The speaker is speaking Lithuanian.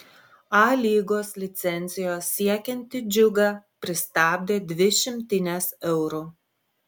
a lygos licencijos siekiantį džiugą pristabdė dvi šimtinės eurų